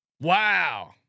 Wow